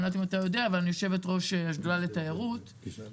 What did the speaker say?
אני לא יודע אם אתה יודע אבל אני יושבת-ראש השדולה לתיירות בכנסת,